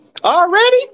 Already